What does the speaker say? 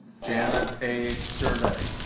janet a survey